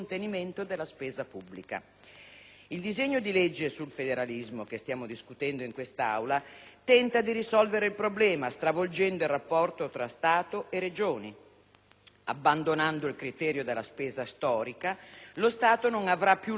Il disegno di legge sul federalismo che stiamo discutendo in questa Aula tenta di risolvere il problema, stravolgendo il rapporto tra Stato e Regioni. Abbandonando il criterio della spesa storica, lo Stato non avrà più l'onere di rimborsare le Regioni